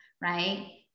right